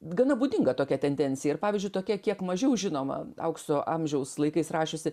gana būdinga tokia tendencija ir pavyzdžiui tokia kiek mažiau žinoma aukso amžiaus laikais rašiusi